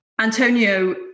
Antonio